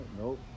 Nope